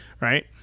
right